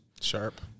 Sharp